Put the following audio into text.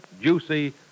juicy